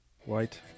White